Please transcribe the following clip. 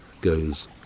goes